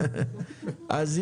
אז,